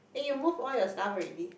eh you move all your stuff already